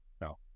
no